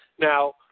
Now